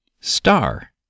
star